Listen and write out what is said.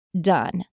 done